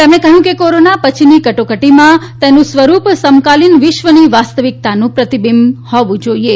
તેમણે કહ્યું છે કે કોરોના પછીના કટોકટીમાં તેનું સ્વરૂપ સમકાલીન વિશ્વની વાસ્તવિકતાનું પ્રતિબિંબિત હોવું જોઈએ